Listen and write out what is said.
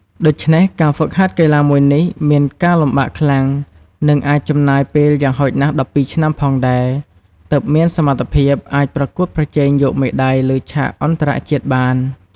ដូច្នេះការហ្វឹកហាត់កីឡាមួយនេះមានការលំបាកខ្លាំង និងអាចចំណាយពេលយ៉ាងហោចណាស់ ១២ឆ្នាំ ផងដែរទើបមានសមត្ថភាព អាចប្រកួតប្រជែងយកមេដៃលើឆាកអន្តរជាតិបាន។